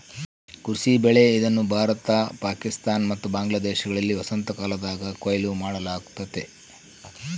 ಕೃಷಿ ಬೆಳೆ ಇದನ್ನು ಭಾರತ ಪಾಕಿಸ್ತಾನ ಮತ್ತು ಬಾಂಗ್ಲಾದೇಶದಲ್ಲಿ ವಸಂತಕಾಲದಾಗ ಕೊಯ್ಲು ಮಾಡಲಾಗ್ತತೆ